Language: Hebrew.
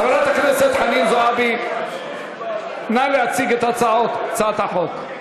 חברת הכנסת חנין זועבי, נא להציג את הצעת החוק.